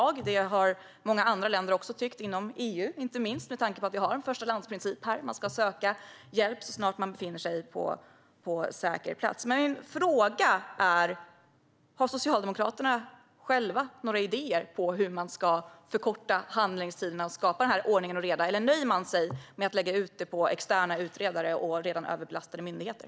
Det har många andra länder också tyckt, inte minst inom EU, med tanke på att vi har en förstalandsprincip. Människor ska söka hjälp så snart de befinner sig på säker plats. Min fråga är: Har Socialdemokraterna själva några idéer om hur man ska förkorta handläggningstiderna och skapa ordning och reda? Eller nöjer de sig med att lägga ut det på externa utredare och redan överbelastade myndigheter?